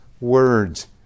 words